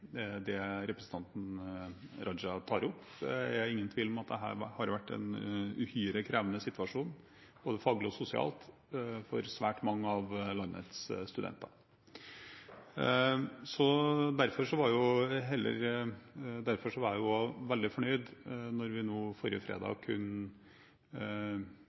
representanten Raja tar opp. Det er ingen tvil om at dette har vært en uhyre krevende situasjon både faglig og sosialt for svært mange av landets studenter. Derfor var jeg også veldig fornøyd da vi forrige fredag endret regelverket. Campus har aldri vært stengt i denne omgangen, men vi